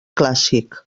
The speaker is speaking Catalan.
clàssic